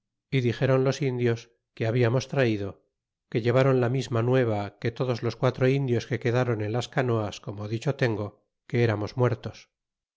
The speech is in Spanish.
y dixéron los indios que hablamos traido que ilevron la misma nueva que todos los quatro indios que quedron en las canoas como dicho tengo que eramos muertos